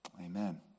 Amen